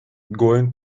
going